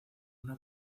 una